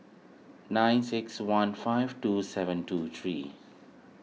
nine six one five two seven two three